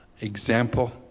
example